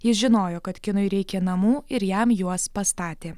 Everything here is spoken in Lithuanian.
jis žinojo kad kinui reikia namų ir jam juos pastatė